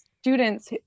students